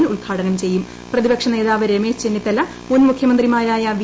ശ്രീരാമകൃഷ്ണൻ പ്രതിപക്ഷ നേതാവ് രമേശ് ചെന്നിത്തല മുൻ മുഖ്യമന്ത്രിമാരായ വി